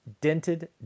dented